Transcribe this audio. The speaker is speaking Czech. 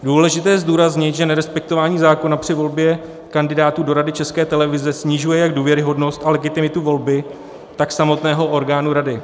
Důležité je zdůraznit, že nerespektování zákona při volbě kandidátů do Rady České televize snižuje jak důvěryhodnost a legitimitu volby, tak samotného orgánu rady.